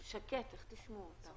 יש שני דברים שדנו וגם הצלחנו לתקן.